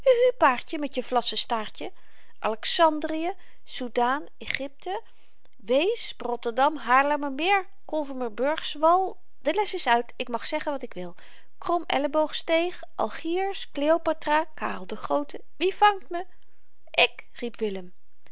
paardje met je vlassen staartje alexandrië soudan egypte weesp rotterdam haarlemmermeer kolvemersburgwal de les is uit ik mag zeggen wat ik wil krom elleboogsteeg algiers cleopatra karel de groote wie vangt me ik riep willem